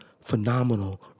phenomenal